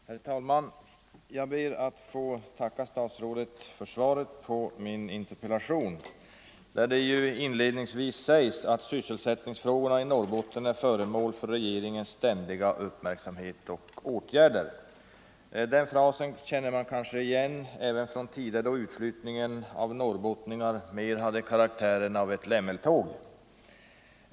Herr talman! Jag ber att få tacka statsrådet för svaret på min interpellation. I svaret sägs inledningsvis att sysselsättningsfrågorna i Norrbotten är föremål för regeringens ständiga uppmärksamhet och åtgärder. Den frasen känner man kanske igen även från tidigare då utflyttningen av norrbottningar mer hade karaktären av ett lämmeltåg.